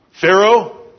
Pharaoh